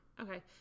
Okay